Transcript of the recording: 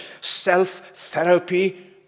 self-therapy